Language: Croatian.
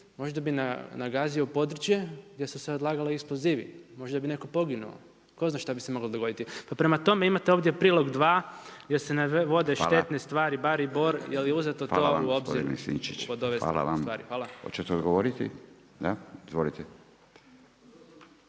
možda bi nagazio područje gdje su se odlagali eksplozivi, možda bi netko poginuo, tko zna šta bi se moglo dogoditi. Pa prema tome, imate ovdje Prilog 2, gdje se navode štetne tvari, barij i bor, je li uzeto to u obzir kod ove stvari? Hvala. **Radin, Furio